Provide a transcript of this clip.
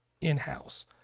in-house